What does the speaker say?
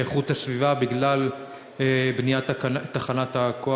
באיכות הסביבה, בגלל בניית תחנת הכוח.